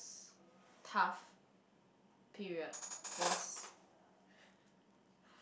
tough period was